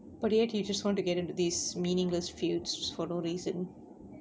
but in the end he just want to get into these meaningless feuds for no reason